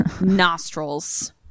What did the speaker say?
nostrils